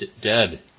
dead